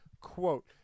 quote